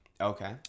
Okay